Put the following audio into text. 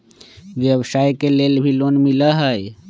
व्यवसाय के लेल भी लोन मिलहई?